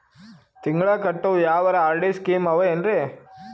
ತಿಂಗಳ ಕಟ್ಟವು ಯಾವರ ಆರ್.ಡಿ ಸ್ಕೀಮ ಆವ ಏನ್ರಿ?